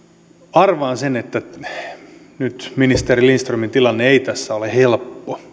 arvaan sen että nyt ministeri lindströmin tilanne ei tässä ole helppo